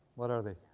what are they?